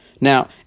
Now